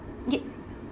ye~